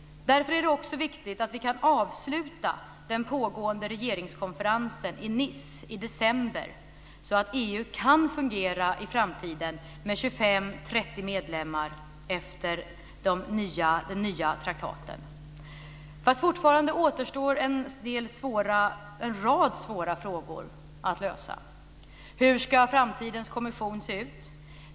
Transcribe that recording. Därför är det också viktigt att vi kan avsluta den pågående regeringskonferensen i Nice i december så att EU i framtiden kan fungera med 25-30 medlemmar efter de nya traktaten. Fortfarande återstår dock en rad svåra frågor att lösa. Hur ska framtidens kommission se ut?